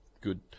Good